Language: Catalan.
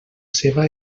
seva